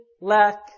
lack